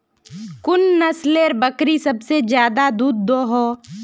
कुन नसलेर बकरी सबसे ज्यादा दूध दो हो?